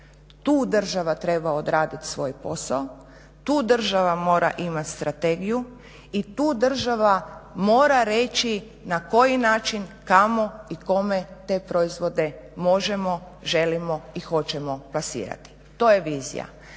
Tu država treba odraditi svoj posao, tu država mora imati strategiju i tu država mora reći na koji način kamo i kome te proizvode možemo, želimo i hoćemo plasirati. To je vizija.